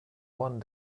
one